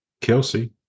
Kelsey